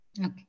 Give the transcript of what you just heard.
Okay